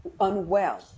unwell